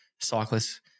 cyclists